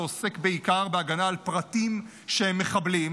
שעוסק בעיקר בהגנה על פרטים שהם מחבלים,